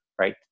right